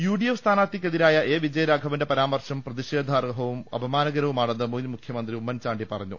U D F സ്ഥാനാർത്ഥിക്കെതിരായ A വിജയരാഘവന്റെ പരാമർശം പ്രതിഷേധാർഹവും അപമാനകരവുമാണെന്ന് മുൻമു ഖൃമന്ത്രി ഉമ്മൻചാണ്ടി പറഞ്ഞു